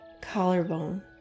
collarbone